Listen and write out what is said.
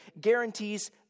guarantees